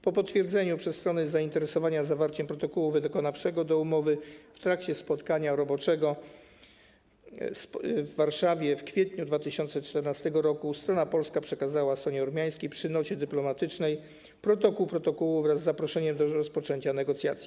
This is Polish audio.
Po potwierdzeniu przez stronę zainteresowania zawarciem protokołu wykonawczego do umowy w trakcie spotkania roboczego w Warszawie w kwietniu 2014 r. strona polska przekazała stronie ormiańskiej przy nocie dyplomatycznej projekt protokołu wraz z zaproszeniem do rozpoczęcia negocjacji.